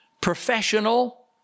professional